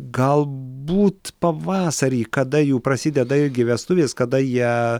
galbūt pavasarį kada jų prasideda irgi vestuvės kada jie